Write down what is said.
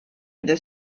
mida